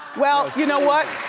well, you know what?